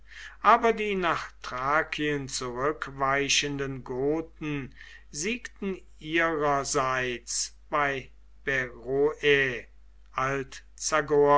aber die nach thrakien zurückweichenden goten siegten ihrerseits bei beroe